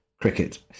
cricket